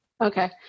Okay